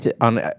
on